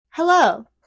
Hello